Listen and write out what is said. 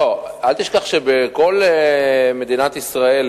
אל תשכח שבכל מדינת ישראל,